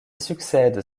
succèdent